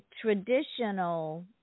traditional